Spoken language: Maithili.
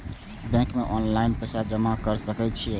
बैंक में ऑनलाईन पैसा जमा कर सके छीये?